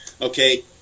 okay